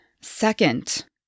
Second